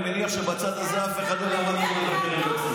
אני מניח שבצד הזה אף אחד לא למד בקרן וקסנר.